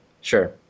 Sure